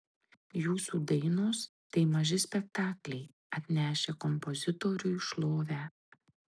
jūsų dainos tai maži spektakliai atnešę kompozitoriui šlovę